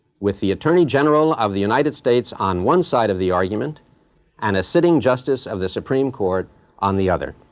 with the attorney general of the united states on one side of the argument and a sitting justice of the supreme court on the other.